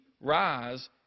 rise